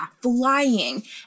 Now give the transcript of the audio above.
flying